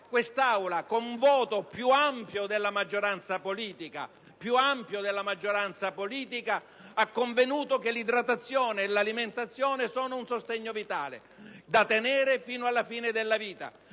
quest'Aula, con voto più ampio della maggioranza politica, ha convenuto che l'idratazione e l'alimentazione sono un sostegno vitale da tenere fino alla fine della vita.